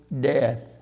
death